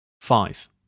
five